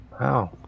Wow